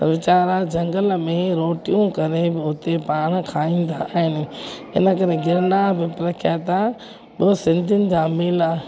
वीचारा झंगल में रोटियूं करे बि हुते पाणि खाईंदा आहिनि हिन करे गिरनार में प्रख्यात आहे ॿ सिंधियुनि जा मेला